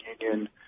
Union